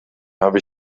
habe